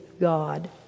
God